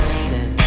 sin